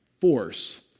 force